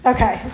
Okay